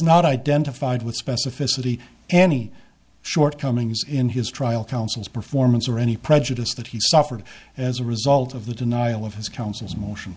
not identified with specificity any shortcomings in his trial counsel's performance or any prejudice that he suffered as a result of the denial of his counsel's motion